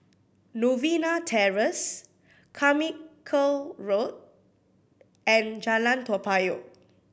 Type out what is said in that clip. Novena Terrace Carmichael Road and Jalan Toa Payoh